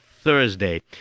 Thursday